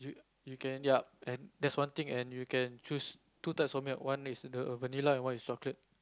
you can ya and that is one thing and you can choose two types of milk one is the vanilla and one is chocolate